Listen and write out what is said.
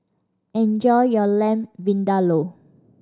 enjoy your Lamb Vindaloo